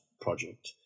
project